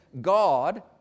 God